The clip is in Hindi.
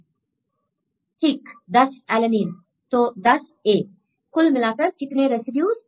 स्टूडेंट कुल मिलाकर 10 ठीक I 10 ऐलेनिन I तो 10 ए I कुल मिलाकर कितने रेसिड्यूज